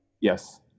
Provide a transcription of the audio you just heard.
Yes